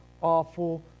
awful